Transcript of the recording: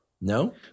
No